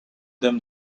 them